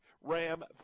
Ram